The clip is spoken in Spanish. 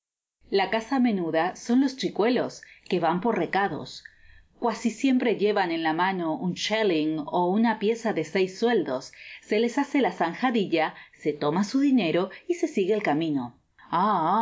la caza menuda son los chicuelos que van por recados cuasi siempre llevan en la mano un ckeling ó una pieza de seissueldos se les hace la zanjadilla se toma su dinero y se sigue el camino ah